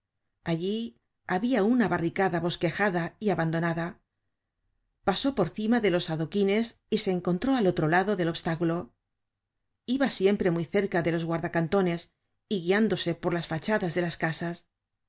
allí habia una barricada bosquejada y abandonada pasó por cima de los adoquines y se encontró al otro lado del obstáculo iba siempre muy cerca de los guarda cantones y guiándose por las fachadas de las casas